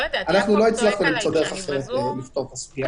לא הצלחנו למצוא דרך אחרת לפתור את הסוגיה הזאת.